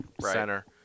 center